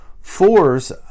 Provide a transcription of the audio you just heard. fours